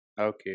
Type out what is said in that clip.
Okay